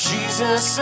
Jesus